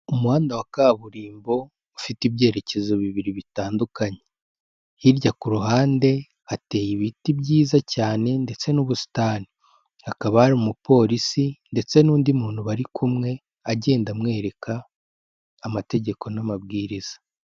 Umuhanda wa kaburimbo ufite ibyerekezo bibiri bitandukanye, hirya ku ruhande hateye ibiti byiza cyane ndetse n'ubusitani, hakaba hari umupolisi ndetse n'undi muntu bari kumwe, agenda amwereka amategeko n'amabwiriza.